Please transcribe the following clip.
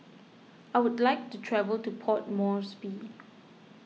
I would like to travel to Port Moresby